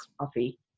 coffee